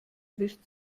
wischt